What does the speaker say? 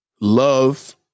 love